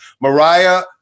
Mariah